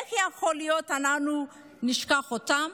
איך יכול להיות שאנחנו נשכח אותם?